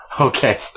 Okay